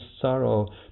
sorrow